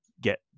get